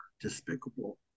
despicable